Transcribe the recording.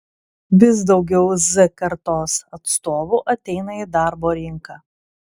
vis daugiau z kartos atstovų ateina į darbo rinką